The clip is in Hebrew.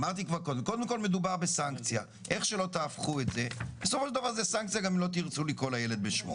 אמרתי כבר קודם שמדובר בסנקציה גם אם לא תקראו לה כך.